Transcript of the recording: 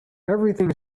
everything